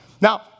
Now